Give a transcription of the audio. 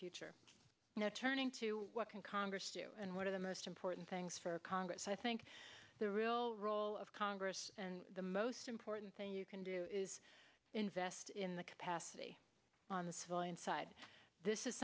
future you know turning to what can congress do and what are the most important things for congress i think the real role of congress and the most important thing you can do is invest in the capacity on the civilian side this is